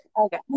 Okay